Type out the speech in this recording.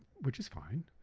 which is fine.